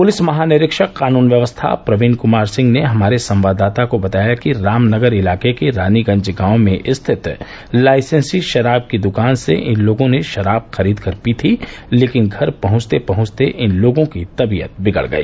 police महानिरीक्षक क़ानून व्यवस्था प्रवीन कुमार सिंह ने हमारे संवाददाता को बताया कि रामनगर इलाके के रानीगंज गांव में स्थित लाइसेंसी शराब की दुकान से इन लोगों ने शराब खरीद कर पी थी लेकिन घर पहुंचते पहुंचते इन लोगों की तबियत बिगड़ गई